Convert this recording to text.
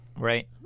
Right